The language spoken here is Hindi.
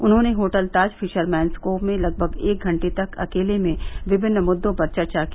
उन्होंने होटल ताज फिशरमैन्स कोव में लगभग एक घंटे तक अकेले में विमिन्न मुद्दों पर चर्चा की